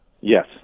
Yes